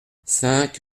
cinq